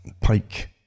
Pike